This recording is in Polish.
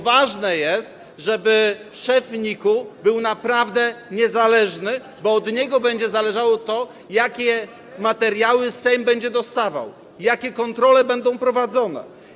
Ważne jest, żeby szef NIK-u był naprawdę niezależny, bo od niego będzie zależało to, jakie materiały Sejm będzie dostawał, jakie kontrole będą prowadzone.